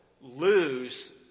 lose